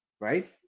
right